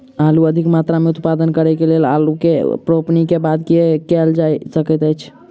आलु अधिक मात्रा मे उत्पादन करऽ केँ लेल आलु केँ रोपनी केँ बाद की केँ कैल जाय सकैत अछि?